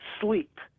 sleep